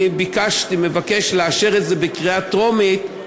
אני מבקש לאשר את זה בקריאה טרומית,